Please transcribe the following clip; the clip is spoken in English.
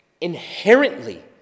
inherently